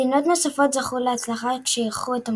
מדינות נוספות זכו להצלחה כשאירחו את המונדיאל.